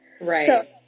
Right